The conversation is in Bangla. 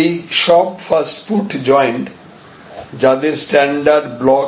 এই সব ফাস্টফুড জয়েন্ট যাদের স্ট্যান্ডার্ড ব্লক আছে